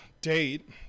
date